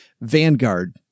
Vanguard